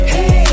Hey